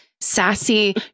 sassy